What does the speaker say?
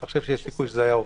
חושב שזה היה עובר?